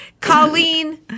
Colleen